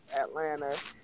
Atlanta